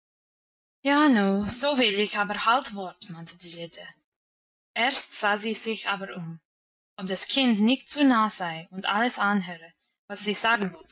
so will ich aber halt wort mahnte die dete erst sah sie sich aber um ob das kind nicht zu nah sei und alles anhöre was sie sagen wollte